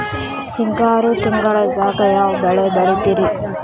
ಹಿಂಗಾರು ತಿಂಗಳದಾಗ ಯಾವ ಬೆಳೆ ಬೆಳಿತಿರಿ?